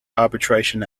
arbitration